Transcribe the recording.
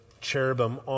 cherubim